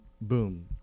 boom